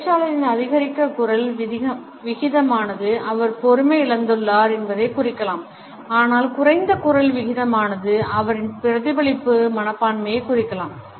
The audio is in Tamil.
பேச்சாளரின் அதிகரித்த குரல் விகிதமானது அவர் பொறுமையிழந்துள்ளார் என்பதைக் குறிக்கலாம் ஆனால் குறைந்த குரல் விகிதமானது அவரின் பிரதிபலிப்பு மனப்பான்மையையும் குறிக்கலாம்